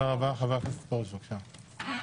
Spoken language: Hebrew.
חבר הכנסת פרוש, בקשה.